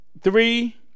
three